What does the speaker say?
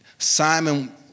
Simon